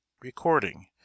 Recording